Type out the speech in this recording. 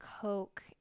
Coke